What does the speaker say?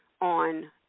on